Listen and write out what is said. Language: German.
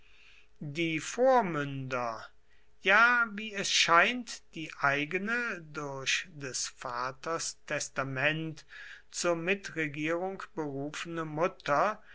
die vormünder ja wie es scheint die eigene durch des vaters testament zur mitregierung berufene mutter